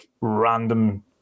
random